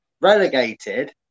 relegated